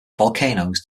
volcanoes